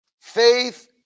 Faith